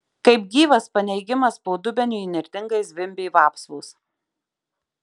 kaip gyvas paneigimas po dubeniu įnirtingai zvimbė vapsvos